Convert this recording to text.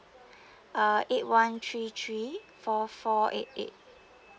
uh eight one three three four four eight eight